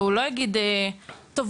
לא יגיד: ״טוב,